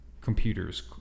Computers